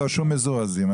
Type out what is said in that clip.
שום מזורזים.